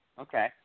Okay